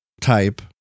type